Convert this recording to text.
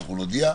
אנחנו נודיע.